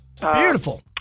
Beautiful